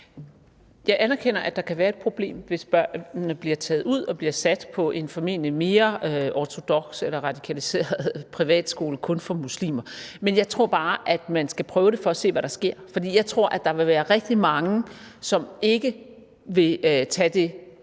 Jeg anerkender, at der kan være et problem, hvis børnene bliver taget ud og bliver sat på en formentlig mere ortodoks eller radikaliseret privatskole kun for muslimer, men jeg tror bare, at man skal prøve det for at se, hvad der sker. For jeg tror, at der vil være rigtig mange, som ikke vil se det